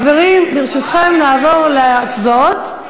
חברים, ברשותכם, נעבור להצבעות.